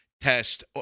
test